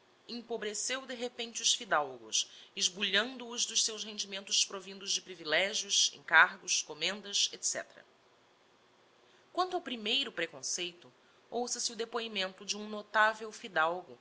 empobreceu de repente os fidalgos esbulhando os dos seus rendimentos provindos de privilegios encargos commendas etc quanto ao primeiro preconceito ouça se o depoimento de um notavel fidalgo